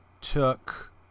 took